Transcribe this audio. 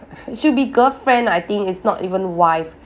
should be girlfriend ah I think it's not even wife